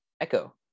echo